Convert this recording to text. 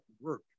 work